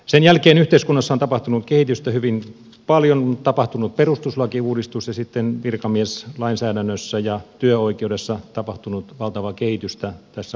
sen jälkeen yhteiskunnassa on tapahtunut kehitystä hyvin paljon on tapahtunut perustuslakiuudistus ja sitten virkamieslainsäädännössä ja työoikeudessa tapahtunut valtavaa kehitystä tässä maassa